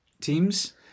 teams